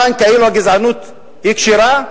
כאן כאילו הגזענות היא כשרה,